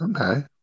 Okay